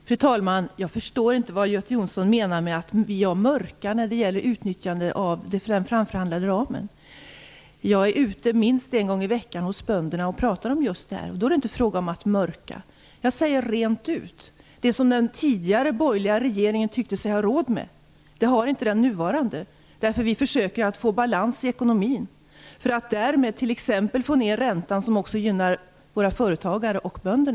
Fru talman! Jag förstår inte vad Göte Jonsson menade med att jag mörkar när det gäller utnyttjandet av den framförhandlade ramen. Jag är ute minst en gång i veckan och pratar med bönder om just detta, och då är det inte fråga om att mörka. Jag säger rent ut att det som den tidigare borgerliga regeringen tyckte sig ha råd med, det har inte den nuvarande regeringen. Vi försöker att få balans i ekonomin för att därmed få ned räntan, vilket också gynnar våra företagare och bönder.